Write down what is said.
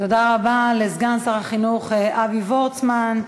תודה רבה לסגן שר החינוך אבי וורצמן.